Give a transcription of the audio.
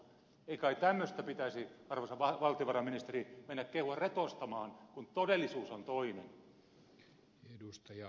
ei kai tämmöistä pitäisi arvoisa valtiovarainministeri mennä kehua retostamaan kun todellisuus on toinen